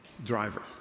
driver